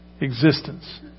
existence